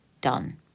done